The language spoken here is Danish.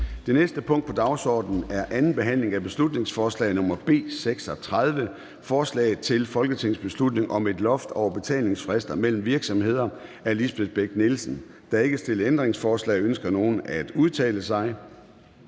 Det næste punkt på dagsordenen er: 8) 2. (sidste) behandling af beslutningsforslag nr. B 36: Forslag til folketingsbeslutning om et loft over betalingsfrister mellem virksomheder. Af Lisbeth Bech-Nielsen (SF) m.fl. (Fremsættelse 07.11.2023. 1.